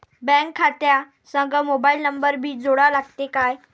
Bank खात्या संग mobile number भी जोडा लागते काय?